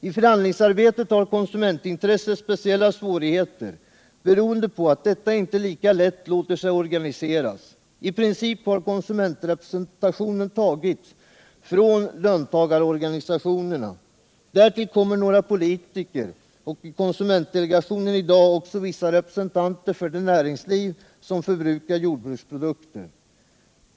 I förhandlingsarbetet har man speciella svårigheter med konsumentintresset, beroende på att detta inte lika lätt låter sig organisera. I princip har konsumentrepresentationen tagits från löntagarorganisationerna. Därtill kommer några politiker och i konsumentdelegationen i dag också vissa representanter för det näringsliv som förbrukar jordbruksprodukter.